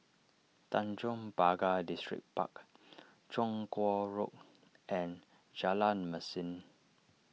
Tanjong Pagar Distripark Chong Kuo Road and Jalan Mesin